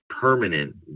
permanent